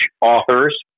authors